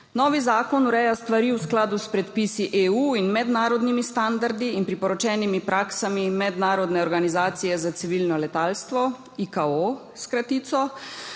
Novi zakon ureja stvari v skladu s predpisi EU in mednarodnimi standardi in priporočenimi praksami Mednarodne organizacije za civilno letalstvo, s kratico